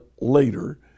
later